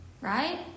right